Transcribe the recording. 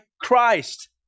Christ